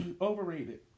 overrated